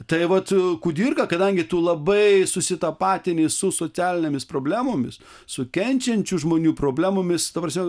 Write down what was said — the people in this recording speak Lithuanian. tai vat kudirka kadangi tu labai susitapatini su socialinėmis problemomis su kenčiančių žmonių problemomis ta prasme